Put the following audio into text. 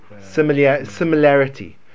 Similarity